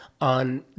on